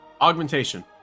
Augmentation